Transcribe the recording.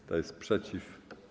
Kto jest przeciw?